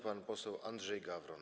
Pan poseł Andrzej Gawron.